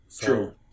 True